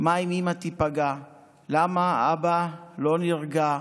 // מה אם אימא תיפגע / למה אבא לא נרגע.